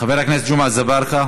חבר הכנסת ג'מעה אזברגה,